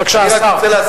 בבקשה, השר.